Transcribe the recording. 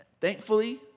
Thankfully